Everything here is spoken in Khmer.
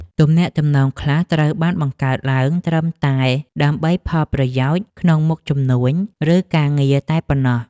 ទំនាក់ទំនងខ្លះត្រូវបានបង្កើតឡើងត្រឹមតែដើម្បីផលប្រយោជន៍ក្នុងមុខជំនួញ ឬការងារតែប៉ុណ្ណោះ។